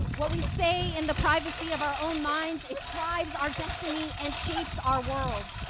what we say in the privacy of our own minds it drives our destiny and shapes our world.